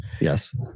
yes